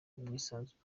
bwisanzure